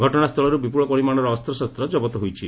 ଘଟଣାସ୍ଥିଳରୁ ବିପୁଳ ପରିମାଶର ଅସ୍ତଶସ୍ତ ଜବତ ହୋଇଛି